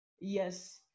Yes